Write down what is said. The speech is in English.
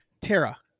Tara